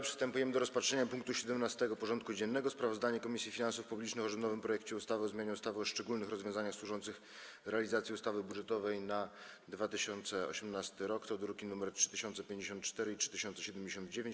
Przystępujemy do rozpatrzenia punktu 17. porządku dziennego: Sprawozdanie Komisji Finansów Publicznych o rządowym projekcie ustawy o zmianie ustawy o szczególnych rozwiązaniach służących realizacji ustawy budżetowej na rok 2018 (druki nr 3054 i 3079)